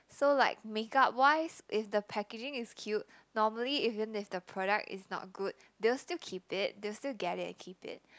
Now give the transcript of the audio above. so like make up wise if the packaging is cute normally even if the product is not good they'll still keep it they'll still get it and keep it